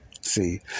See